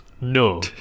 No